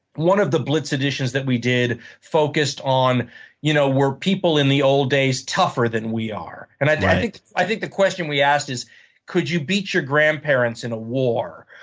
one of the blitz editions that we did focused on you know were people in the old days tougher than we are. and i think i think the question we asked is could you beat your grandparents in a war?